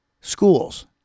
schools